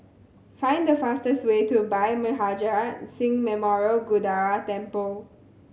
find the fastest way to Bhai Maharaj Singh Memorial Gurdwara Temple